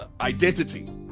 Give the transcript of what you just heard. identity